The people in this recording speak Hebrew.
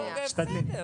בסדר,